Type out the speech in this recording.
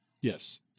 yes